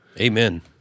Amen